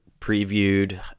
previewed